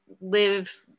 live